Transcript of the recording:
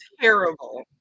terrible